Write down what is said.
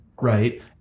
Right